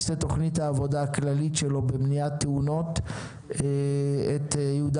לתוכנית העבודה הכללית שלו במניעת תאונות את יהודה